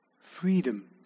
freedom